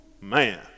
man